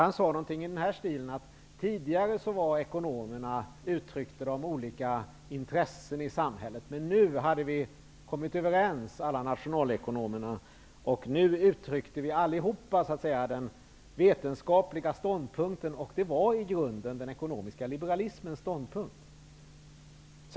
Han sade något i stil med att ekonomerna tidigare uttryckte olika intressen i samhället men att alla nationalekonomer nu hade kommit överens och uttryckte den vetenskapliga ståndpunkten. Det var i grunden den ekonomiska liberalismens ståndpunkt.